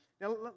Now